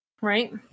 Right